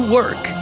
work